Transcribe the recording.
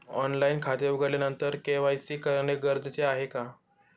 Online खाते उघडल्यानंतर KYC करणे गरजेचे आहे का?